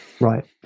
right